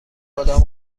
کدام